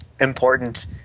important